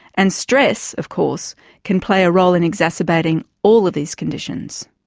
and stress of course can play a role in exacerbating all of these conditions.